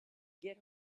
get